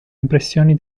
impressioni